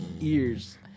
ears